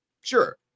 sure